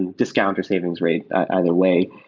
and discount or savings rate, either way.